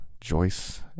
Joyce